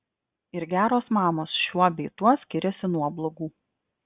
ir geros mamos šiuo bei tuo skiriasi nuo blogų